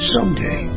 Someday